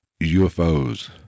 UFOs